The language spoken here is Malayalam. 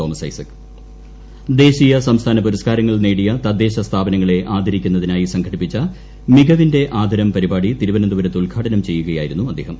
തോമസ് സംസ്ഥാന പുരസ്കാരങ്ങൾ നേടിയ തദ്ദേശസ്ഥാപനങ്ങളെ ആദരിക്കുന്നതിനായി സംഘടിപ്പിച്ച മികവിന്റെ ആദ്രം് പരിപാടി തിരുവനന്തപുരത്ത് ഉദ്ഘാടനം ചെയ്യുകയായിരുന്നു അദ്ദേഹം